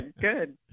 good